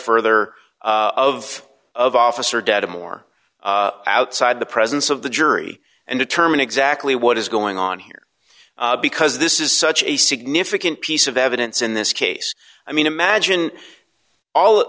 further of of officer data more outside the presence of the jury and determine exactly what is going on here because this is such a significant piece of evidence in this case i mean imagine all